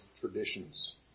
traditions